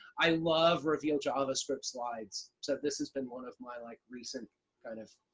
i love reveal javascript slides. so this has been one of my like, recent kind of,